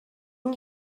این